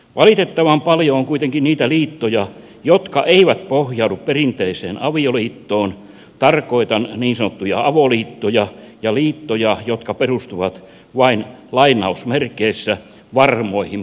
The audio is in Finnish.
valitettavan paljon on kuitenkin niitä liittoja jotka eivät pohjaudu perinteiseen avioliittoon tarkoitan niin sanottuja avoliittoja ja liittoja jotka perustuvat vain varmoihin puheisiin